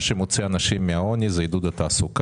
מה שמוציא אנשים מן העוני הוא עידוד תעסוקה,